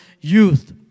youth